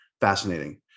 Fascinating